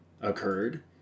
occurred